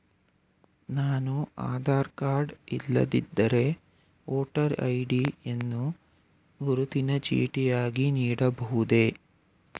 ನಾನು ಆಧಾರ ಕಾರ್ಡ್ ಇಲ್ಲದಿದ್ದರೆ voter ID ಯನ್ನು ಗುರುತಿನ ಚೀಟಿಯಾಗಿ ನೀಡಬಹುದೇ?